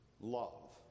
love